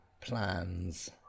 plans